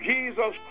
Jesus